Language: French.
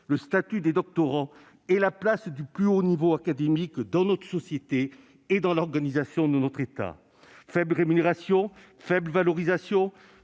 le statut des doctorants et la place du plus haut niveau académique dans notre société et dans l'organisation de notre État. Faibles rémunérations, faible valorisation,